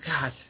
God